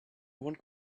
one